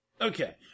okay